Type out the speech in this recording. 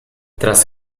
tras